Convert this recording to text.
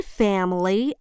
family